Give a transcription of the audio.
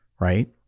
right